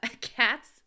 cats